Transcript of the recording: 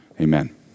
amen